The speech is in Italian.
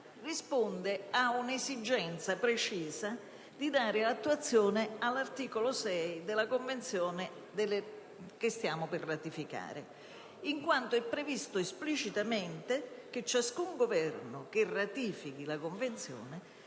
risponde ad un'esigenza precisa di dare attuazione all'articolo 6 della Convenzione che stiamo per ratificare, in quanto è previsto esplicitamente che ciascun Governo che ratifichi la Convenzione